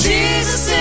Jesus